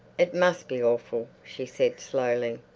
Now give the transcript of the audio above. it must be awful, she said slowly.